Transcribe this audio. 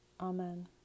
Amen